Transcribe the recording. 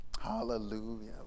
Hallelujah